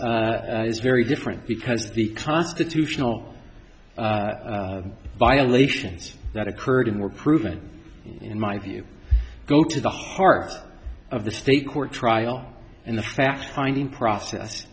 case is very different because the constitutional violations that occurred and were proven in my view go to the heart of the state court trial and the fact finding process